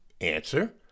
Answer